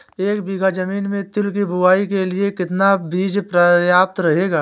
एक बीघा ज़मीन में तिल की बुआई के लिए कितना बीज प्रयाप्त रहेगा?